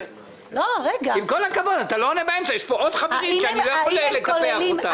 עם כל הכבוד יש פה עוד חברים שאני לא יכול לקפח אותם.